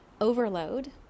overload